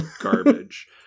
garbage